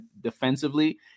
defensively